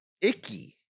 icky